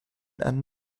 and